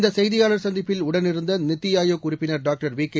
இந்த செய்தியாளர் சந்திப்பில் உடனிருந்த நித்தி ஆயோக் உறுப்பினர் டாக்டர் விகே